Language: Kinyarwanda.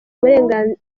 abunganizi